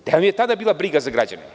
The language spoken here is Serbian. Gde vam je tada bila briga za građane?